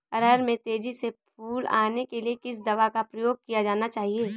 अरहर में तेजी से फूल आने के लिए किस दवा का प्रयोग किया जाना चाहिए?